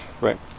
Right